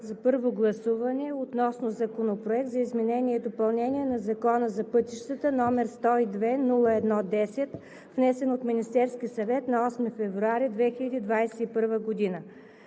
за първо гласуване относно Законопроект за изменение и допълнение на Закона за пътищата, № 102-01-10, внесен от Министерския съвет на 8 февруари 2021 г.